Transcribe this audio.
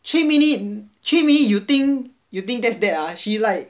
three minute three minute you think that's that ah she like